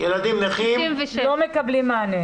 ילדים נכים לא מקבלים מענה.